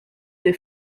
des